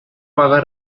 vaga